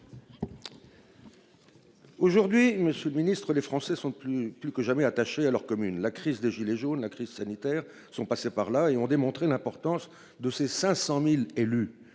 Aujourd'hui, Monsieur le Ministre, les Français sont plus, plus que jamais attachés à leur commune. La crise des gilets jaunes. La crise sanitaire sont passés par là et ont démontré l'importance de ces 500.000 élus